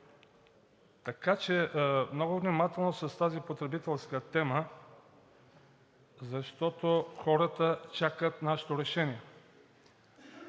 Така че много внимателно с тази потребителска тема, защото хората чакат нашето решение.